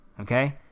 okay